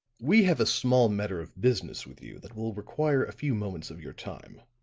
we have a small matter of business with you that will require a few moments of your time.